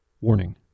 Warning